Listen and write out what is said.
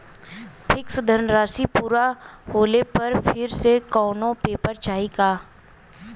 Fix धनराशी पूरा होले पर फिर से कौनो पेपर चाही का?